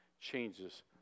changes